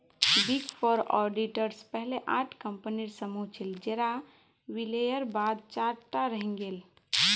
big four auditors पहले आठ कम्पनीर समूह छिल जेरा विलयर बाद चार टा रहेंग गेल